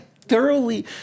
thoroughly